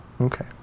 Okay